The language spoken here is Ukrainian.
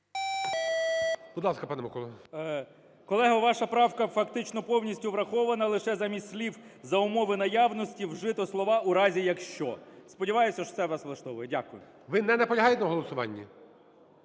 Ви не наполягаєте на голосуванні?